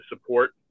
support